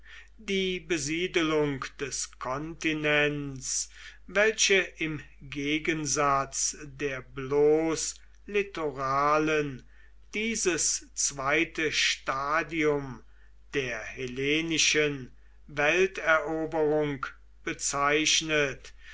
die besiedelung des kontinents welche im gegensatz der bloß litoralen dieses zweite stadium der hellenischen welteroberung bezeichnet